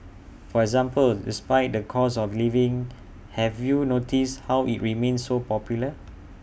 for example despite the cost of living have you noticed how IT remains so popular